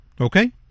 Okay